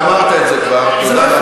ואמרת את זה כבר.